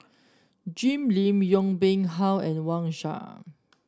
Jim Lim Yong Pung How and Wang Sha